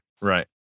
Right